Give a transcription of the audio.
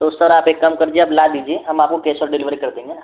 तो सर आप एक काम कर दीजिए आप ला दीजिए हम आपको कैश ऑन डिलीवरी कर देंगे